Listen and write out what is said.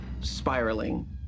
spiraling